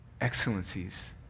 excellencies